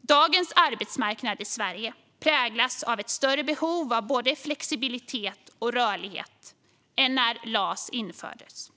Dagens arbetsmarknad i Sverige präglas av ett större behov av både flexibilitet och rörlighet än när LAS infördes.